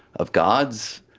of gods,